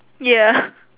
ya